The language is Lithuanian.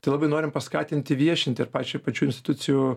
tai labai norim paskatinti viešinti ir pačią pačių institucijų